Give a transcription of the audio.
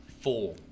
four